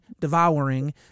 devouring